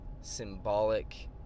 symbolic